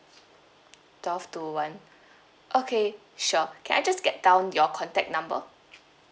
twelve to one okay sure can I just get down your contact number